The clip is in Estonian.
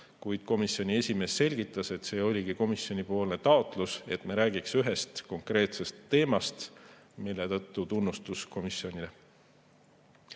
kuid komisjoni esimees selgitas, et see oligi komisjoni taotlus, et räägiksime ühest konkreetsest teemast. Selle eest tunnustus komisjonile.